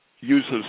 uses